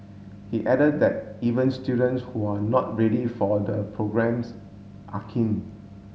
he added that even students who are not ready for the programmes are keen